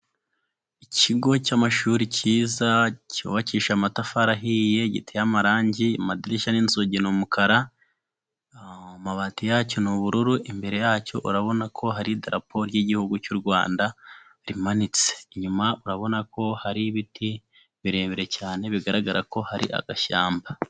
Ikigo cy'amashuri kiza cyubakishije amatafari ahiye, giteye amarangi ,amadirishya n'inzugi n'umukara, amabati yacyo ni ubururu. Imbere yacyo urabona ko hari idarapo ry'Igihugu cy'u Rwanda rimanitse. Inyuma urabona ko hari ibiti birebire cyane bigaragara ko hari agashyamba.